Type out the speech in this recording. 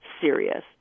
serious